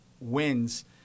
wins